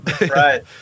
Right